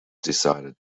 decided